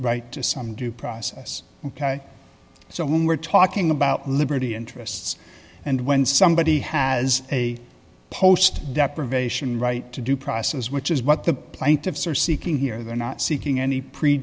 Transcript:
right to some due process ok so when we're talking about liberty interests and when somebody has a post deprivation right to due process which is what the plaintiffs are seeking here they're not seeking any pre